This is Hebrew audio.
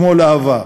כמו להב"ה,